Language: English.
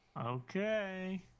Okay